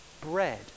bread